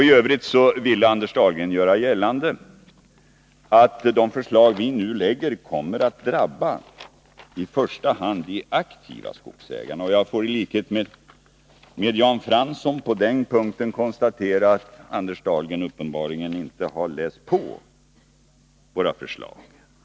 I övrigt ville Anders Dahlgren göra gällande att de förslag som man nu lägger fram kommer att drabba i första hand de aktiva skogsägarna. Jag får i likhet med Jan Fransson i detta sammanhang konstatera att Anders Dahlgren uppenbarligen inte har läst på våra förslag.